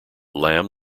lam